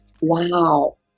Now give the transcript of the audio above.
wow